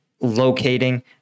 locating